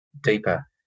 deeper